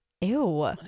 ew